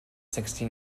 sixty